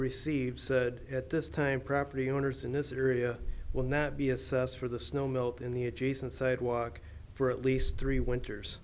received at this time property owners in this area will not be assessed for the snowmelt in the adjacent sidewalk for at least three winters